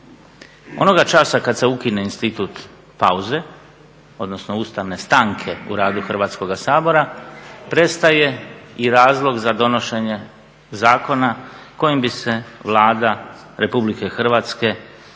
Onoga časa kad se ukine institut pauze, odnosno ustavne stanke u radu Hrvatskoga sabora prestaje i razlog za donošenje zakona kojim bi se Vlada Republike Hrvatske